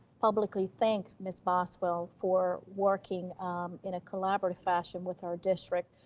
publicly thank ms. boswell for working in a collaborative fashion with our district,